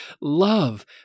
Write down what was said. love